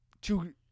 Two